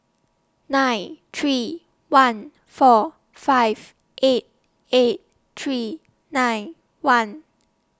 nine three one four five eight eight three nine one